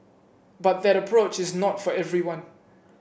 but that approach is not for everyone